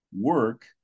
work